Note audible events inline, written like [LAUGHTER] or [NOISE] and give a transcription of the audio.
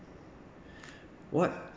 [BREATH] what